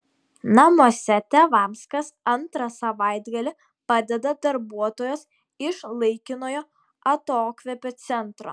namuose tėvams kas antrą savaitgalį padeda darbuotojos iš laikinojo atokvėpio centro